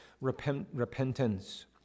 repentance